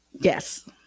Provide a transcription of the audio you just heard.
Yes